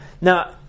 Now